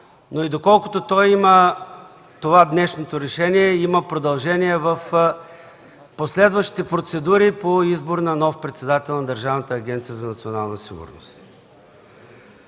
но и доколкото днешното решение има продължение в последващи процедури по избора на нов председател на Държавна агенция „Национална сигурност”.